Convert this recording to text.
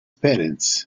parents